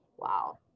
Wow